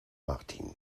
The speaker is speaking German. martin